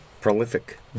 Prolific